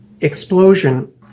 explosion